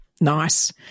Nice